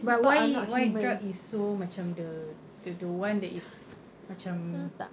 but why why drug is so macam the the the one that is macam